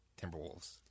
Timberwolves